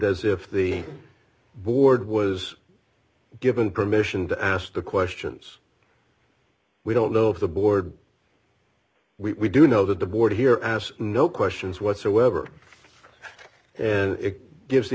as if the board was given permission to ask the questions we don't know if the board we do know that the board here asked no questions whatsoever and it gives the